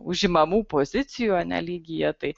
užimamų pozicijų a ne lygyje tai